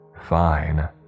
Fine